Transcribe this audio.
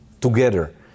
together